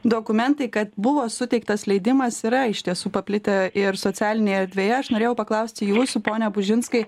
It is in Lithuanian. dokumentai kad buvo suteiktas leidimas yra iš tiesų paplitę ir socialinėje erdvėje aš norėjau paklausti jūsų pone bužinskai